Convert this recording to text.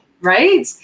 right